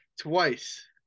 twice